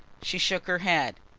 she shook her head.